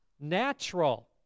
natural